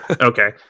Okay